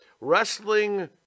wrestling